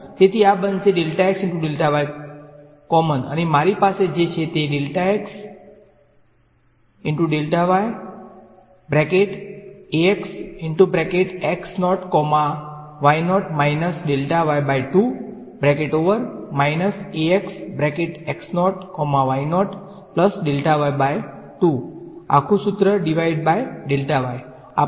તેથી આ બનશે કોમન અને મારી પાસે જે છે તે છે Ax બ્રેકેટ xનોટ કૉમા yનોટ minus delta y by two bracket over minus bracket Ax bracket xનોટ કૉમા yનોટ plus delta y by two આખુ સુત્ર ડીવાઈડ બાય ડેલ્ટાy